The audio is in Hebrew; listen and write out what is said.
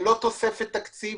ללא תוספת תקציב,